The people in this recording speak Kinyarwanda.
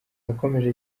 yakomeje